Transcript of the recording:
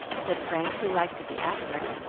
said frank, who liked to be accurate.